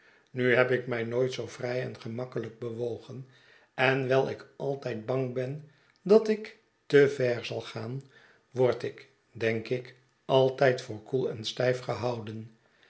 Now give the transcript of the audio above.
nu heb ik mij nooit zoo vrij en gemakkelyk bewogen en wijl ik altijd bang ben dat ik te ver zal gaan word ik denk ik altijd voor koel en stijf gehouden